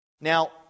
Now